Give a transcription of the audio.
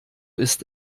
ist